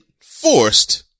forced